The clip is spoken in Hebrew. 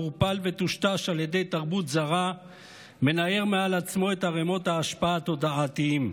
עורפל וטושטש על ידי תרבות זרה מנער מעל עצמו את ערמות האשפה התודעתיות.